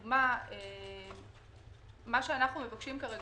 מה שאנו מבקשים כרגע,